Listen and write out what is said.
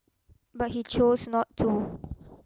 but he chose not to